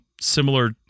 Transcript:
similar